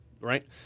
right